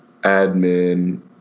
admin